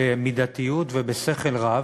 במידתיות ובשכל רב,